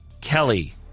Kelly